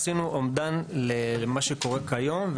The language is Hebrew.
עשינו אומדן למה שקורה כיום,